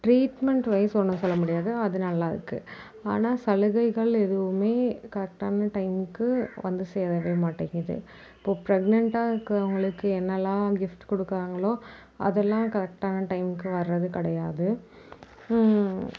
treatment-wise ஒன்றும் சொல்ல முடியாது அது நல்லாயிருக்கு ஆனால் சலுகைகள் எதுவுமே கரெக்ட்டான டைமுக்கு வந்து சேரவே மாட்டேங்குது இப்போது ப்ரெக்னென்ட்டா இருக்கிறவங்களுக்கு என்னலாம் கிஃப்ட் கொடுக்றாங்களோ அதெலாம் கரெக்ட்டான டைமுக்கு வரது கிடையாது